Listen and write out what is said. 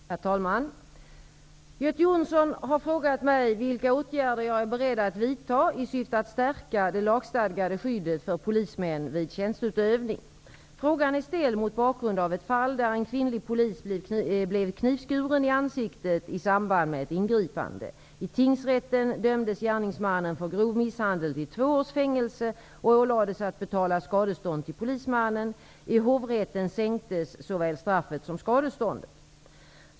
Herr talman! Göte Jonsson har frågat mig vilka åtgärder jag är beredd att vidta i syfte att stärka det lagstadgade skyddet för polismän vid tjänsteutövning. Frågan är ställd mot bakgrund av ett fall där en kvinnlig polis blev knivskuren i ansiktet i samband med ett ingripande. I tingsrätten dömdes gärningsmannen för grov misshandel till två års fängelse och ålades att betala skadestånd till polismannen. I hovrätten sänktes såväl straffet som skadeståndet.